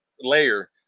layer